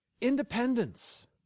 independence